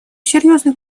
серьезных